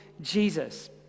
Jesus